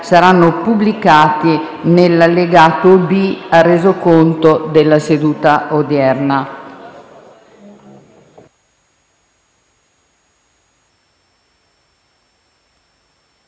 sono pubblicati nell'allegato B al Resoconto della seduta odierna.